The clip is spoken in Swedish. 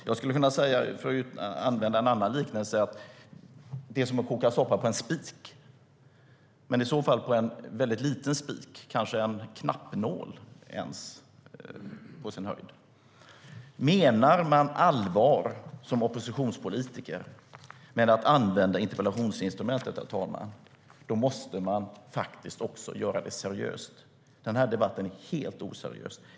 Jag skulle kunna säga, för att använda en annan liknelse, att det är som att koka soppa på en spik men i så fall på en väldigt liten spik, på sin höjd en knappnål. Menar man som oppositionspolitiker allvar med att använda interpellationsinstrumentet, herr talman, då måste man göra det seriöst. Den här debatten är helt oseriös.